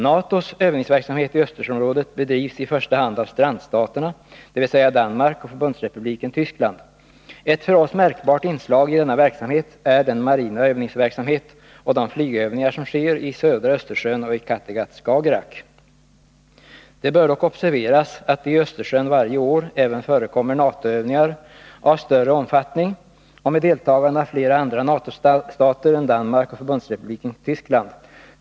NATO:s övningsverksamhet i Östersjöområdet bedrivs i första hand av strandstaterna, dvs. Danmark och Förbundsrepubliken Tyskland. Ett för oss märkbart inslag i denna verksamhet är den marina övningsverksamhet och de flygövningar som sker i södra Östersjön och i Kattegatt-Skagerack. Det bör dock observeras att det i Östersjön varje år även förekommer NATO övningar av större omfattning med deltagande av flera andra NATO-stater än Danmark och Förbundsrepubliken Tyskland.